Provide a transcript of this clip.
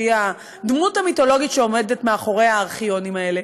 שהיא הדמות המיתולוגית שעומדת מאחורי הארכיונים האלה,